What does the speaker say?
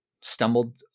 stumbled